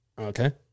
Okay